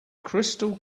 crystal